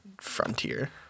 frontier